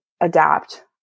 adapt